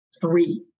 Three